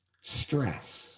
stress